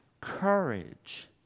courage